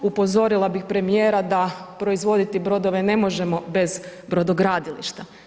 Upozorila bih premijera da proizvoditi brodove ne možemo bez brodogradilišta.